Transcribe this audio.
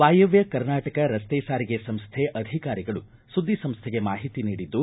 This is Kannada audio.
ವಾಯವ್ದ ಕರ್ನಾಟಕ ರಸ್ತೆ ಸಾರಿಗೆ ಸಂಸ್ಥೆ ಅಧಿಕಾರಿಗಳು ಸುದ್ದಿಸಂಸ್ಥೆಗೆ ಮಾಹಿತಿ ನೀಡಿದ್ದು